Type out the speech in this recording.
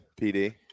PD